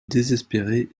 désespéré